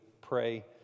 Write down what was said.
pray